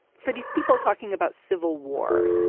for these people talking about civil war,